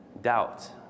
doubt